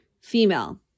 female